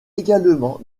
également